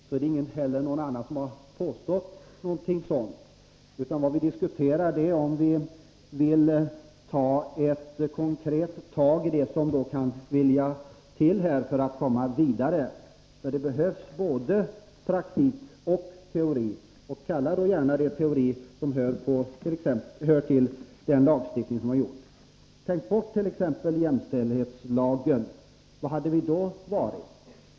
Men det är ingen som har påstått något annat, utan vad diskussionen gäller är om vi vill konkret ta tag i det som kan behövas, för att vi skall komma vidare. Det behövs ju både praktik och teori. Och kalla gärna just det teori som hör till den lagstiftning som vi har infört. Tänk bort t.ex. jämställdhetslagen — var hade vi då varit?